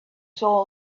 soul